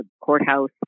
courthouse